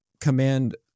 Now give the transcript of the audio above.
command